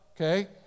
okay